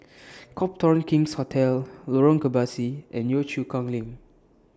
Copthorne King's Hotel Lorong Kebasi and Yio Chu Kang LINK